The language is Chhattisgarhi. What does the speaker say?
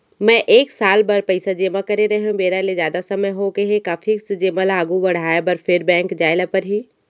मैं एक साल बर पइसा जेमा करे रहेंव, बेरा ले जादा समय होगे हे का फिक्स जेमा ल आगू बढ़ाये बर फेर बैंक जाय ल परहि?